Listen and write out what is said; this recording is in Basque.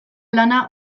lana